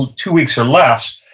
two weeks or less.